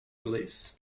release